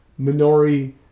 Minori